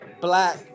black